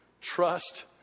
Trust